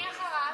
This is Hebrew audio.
מי אחריו?